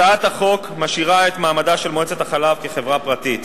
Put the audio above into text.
הצעת החוק משאירה את מעמדה של מועצת החלב כחברה פרטית,